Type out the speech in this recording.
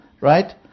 right